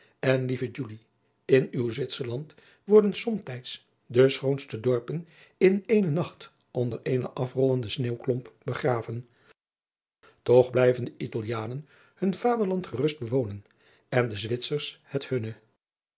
en lieve julie in uw zwitserland worden somtijds de schoonste dorpen in éénen nacht onder eenen afrollenden sneeuwklomp begraven toch blijven de italianen hun vaderland gerust bewonen en de zwitsers het hunne